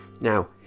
Now